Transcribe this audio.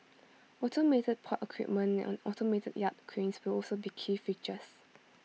automated port equipment and automated yard cranes will also be key features